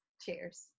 cheers